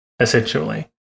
essentially